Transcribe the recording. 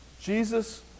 Jesus